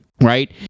right